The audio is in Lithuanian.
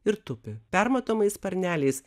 ir tupi permatomais sparneliais